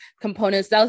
components